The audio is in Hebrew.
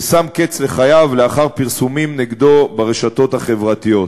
ששם קץ לחייו לאחר פרסומים נגדו ברשתות החברתיות,